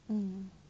嗯